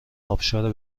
آبشار